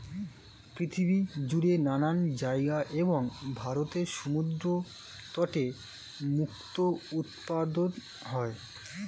পৃথিবী জুড়ে নানা জায়গায় এবং ভারতের সমুদ্র তটে মুক্তো উৎপাদন হয়